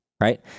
right